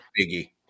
biggie